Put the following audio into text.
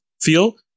feel